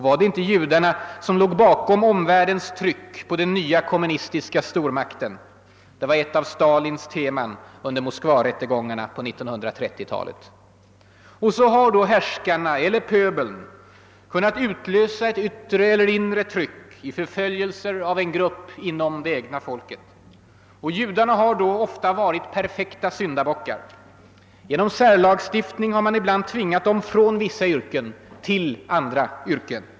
Var det inte judarna som låg bakom omvärldens tryck på den nya kommunistiska stormakten? Det var ett av Stalins teman under Moskvarättegångarna på 1930-talet. Och så har då härskarna eller pöbeln kunnat utlösa ett yttre eller inre tryck i förföljelser mot en grupp inom det egna folket. Och judarna har då, som sagt, ofta varit perfekta syndabockar. Genom särlagstiftning har man ibland tvingat dem från vissa yrken till andra yrken.